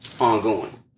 ongoing